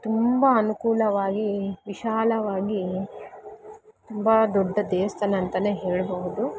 ತುಂಬ ಅನುಕೂಲವಾಗಿ ವಿಶಾಲವಾಗಿ ತುಂಬ ದೊಡ್ಡ ದೇವಸ್ಥಾನ ಅಂತನೇ ಹೇಳಬಹುದು